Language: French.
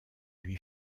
lui